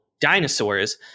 dinosaurs